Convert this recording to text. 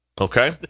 Okay